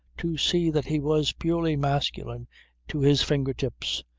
to see that he was purely masculine to his finger-tips,